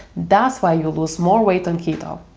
that's why you lose more weight on keto.